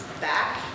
back